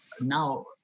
now